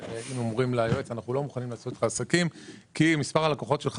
אם אומרים ליועץ שלא מוכנים לעשות איתו עסקים כי מספר הלקוחות שלו